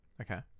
Okay